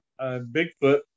bigfoot